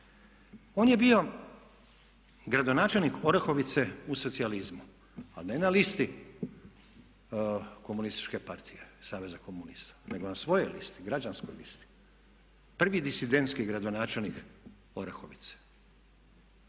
On je bio gradonačelnik Orahovice u socijalizmu ali ne na listi Komunističke partije Saveza komunista nego na svojoj listi, građanskoj listi. Prvi disidentski gradonačelnik Orahovice,